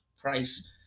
Price